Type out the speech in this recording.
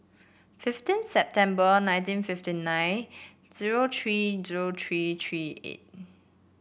fifteen September nineteen fifty nine zero tree zero tree tree eight